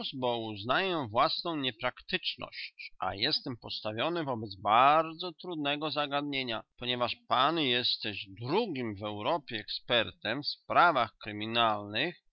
uznaję własną niepraktyczność a jestem postawiony wobec bardzo trudnego zagadnienia ponieważ pan jesteś drugim w europie ekspertem w sprawach kryminalnych